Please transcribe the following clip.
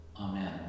Amen